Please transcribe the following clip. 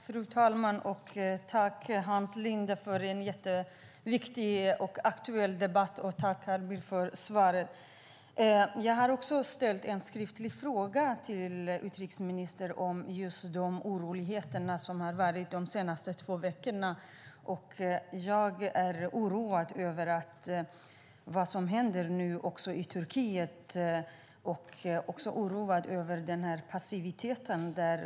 Fru talman! Jag tackar Hans Linde för en jätteviktig och aktuell debatt, och jag tackar Carl Bildt för svaret. Jag har ställt en skriftlig fråga till utrikesministern om de oroligheter som vi har sett under de senaste två veckorna. Jag är oroad över vad som händer nu i Turkiet. Jag är också oroad över denna passivitet.